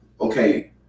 Okay